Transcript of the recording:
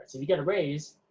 so if you get a raise,